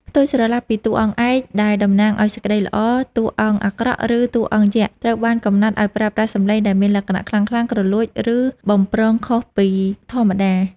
ផ្ទុយស្រឡះពីតួអង្គឯកដែលតំណាងឱ្យសេចក្តីល្អ តួអង្គអាក្រក់ ឬតួអង្គយក្ស ត្រូវបានកំណត់ឱ្យប្រើប្រាស់សំឡេងដែលមានលក្ខណៈខ្លាំងៗ គ្រលួច ឬបំព្រងខុសពីធម្មតា។